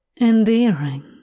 endearing